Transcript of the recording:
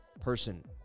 person